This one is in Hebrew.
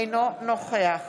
אינו נוכח